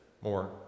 more